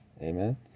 amen